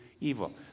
evil